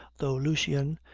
though lucian,